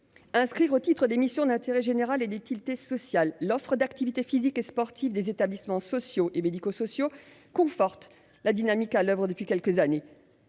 Inscrire au titre des missions d'intérêt général et d'utilité sociale l'offre d'activités physiques et sportives des établissements sociaux et médico-sociaux conforte la dynamique à l'oeuvre depuis quelques années.